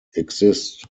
exist